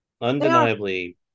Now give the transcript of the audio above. undeniably